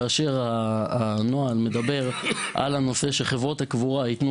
כאשר הנוהל מדבר על כך שחברות הקבורה יתנו